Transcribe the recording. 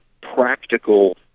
practical